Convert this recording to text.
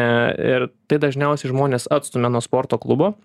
ir tai dažniausiai žmones atstumia nuo sporto klubo